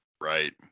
Right